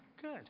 Good